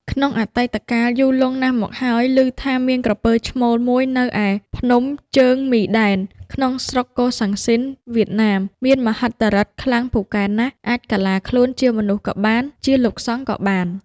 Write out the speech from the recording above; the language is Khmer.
ក្នុងអតីតកាលយូរលង់ណាស់មកហើយ ឮថាមាន ក្រពើឈ្មោល មួយនៅឯ ភ្នំជើងមីដែន ក្នុងស្រុកកូសាំងស៊ីន (វៀតណាម) មានមហិទ្ធិឫទ្ធិខ្លាំងពូកែណាស់ អាចកាឡាខ្លួនជាមនុស្សក៏បាន ជាលោកសង្ឃក៏បាន។